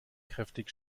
kräftig